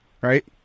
right